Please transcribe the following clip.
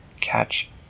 catch